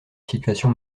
situation